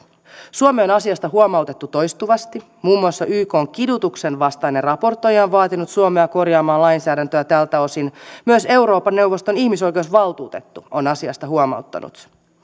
suomea on asiasta huomautettu toistuvasti muun muassa ykn kidutuksen vastainen raportoija on vaatinut suomea korjaamaan lainsäädäntöä tältä osin ja myös euroopan neuvoston ihmisoikeusvaltuutettu on asiasta huomauttanut